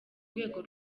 rwego